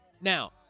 Now